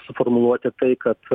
suformuluoti tai kad